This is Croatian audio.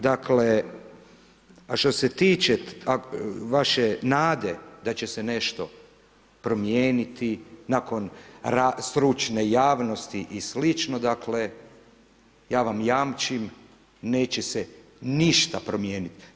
Dakle, a što se tiče vaše nade da će se nešto promijeniti nakon stručne javnosti i slično dakle ja vam jamčim, neće se ništa promijeniti.